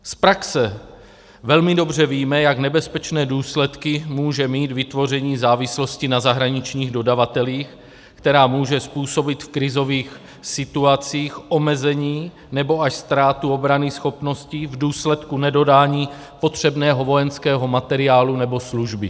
Z praxe velmi dobře víme, jak nebezpečné důsledky může mít vytvoření závislosti na zahraničních dodavatelích, která může způsobit v krizových situacích omezení nebo až ztrátu obranyschopnosti v důsledku nedodání potřebného vojenského materiálu nebo služby.